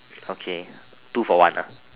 okay two for one ah